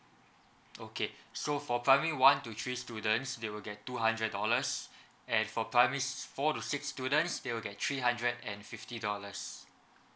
okay so for primary one to three students they will get two hundred dollars and for primary s~ four to six students they'll get three hundred and fifty dollars